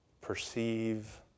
perceive